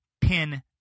Pin